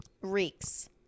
Reeks